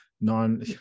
non